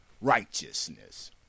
righteousness